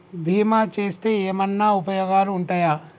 బీమా చేస్తే ఏమన్నా ఉపయోగాలు ఉంటయా?